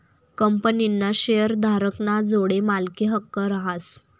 कंपनीना शेअरधारक ना जोडे मालकी हक्क रहास